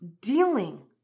dealing